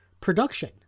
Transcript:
production